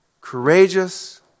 courageous